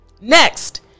Next